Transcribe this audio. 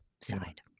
side